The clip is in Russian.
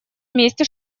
вместе